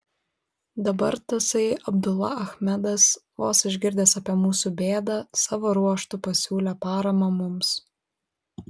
dabar tasai abdula achmedas vos išgirdęs apie mūsų bėdą savo ruožtu pasiūlė paramą mums